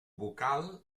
vocal